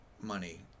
money